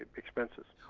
expenses.